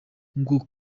nk’uko